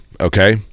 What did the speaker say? okay